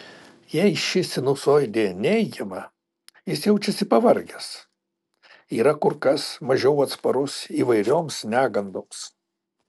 jei ši sinusoidė neigiama jis jaučiasi pavargęs yra kur kas mažiau atsparus įvairioms negandoms